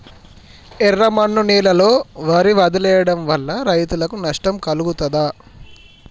ఎర్రమన్ను నేలలో వరి వదిలివేయడం వల్ల రైతులకు నష్టం కలుగుతదా?